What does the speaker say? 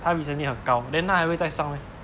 它 recently 很高 then 它还会再上 meh